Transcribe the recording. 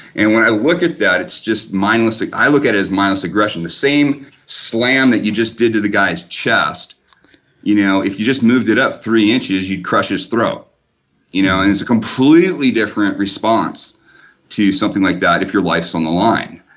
and when i look at that, it's just mindlessly. i look at it as mindless aggression. the same slam that you just did to the guy's chest you know, if you just moved it up three inches you'll crush his throat you know and it's a completely different response to something like that if your life's on the line.